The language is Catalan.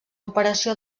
operació